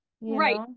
Right